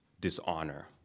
dishonor